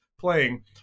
playing